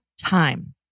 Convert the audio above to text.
time